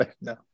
No